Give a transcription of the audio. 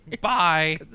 Bye